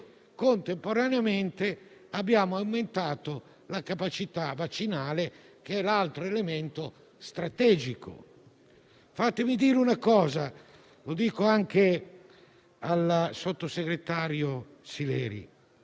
contemporaneamente, abbiamo aumentato la capacità vaccinale, che è l'altro elemento strategico. Fatemi dire una cosa, anche al sottosegretario Sileri.